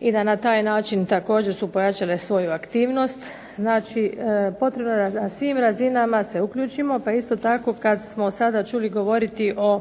i da na taj način također su pojačale svoju aktivnost, znači potrebno je na svim razinama da se uključimo. Pa isto tako kad smo sada čuli govoriti o